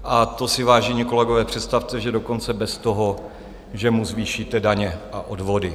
A to si, vážení kolegové, představte, že dokonce bez toho, že mu zvýšíte daně a odvody.